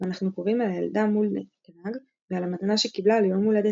ואנחנו קוראים על הילדה מולר קנאג ועל המתנה שקיבלה ליום הולדתה.